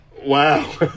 Wow